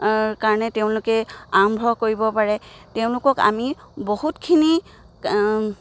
কাৰণে তেওঁলোকে আৰম্ভ কৰিব পাৰে তেওঁলোকক আমি বহুতখিনি